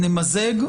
נמזג,